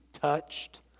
touched